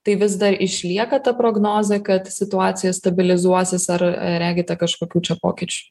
tai vis dar išlieka ta prognozė kad situacija stabilizuosis ar regite kažkokių čia pokyčių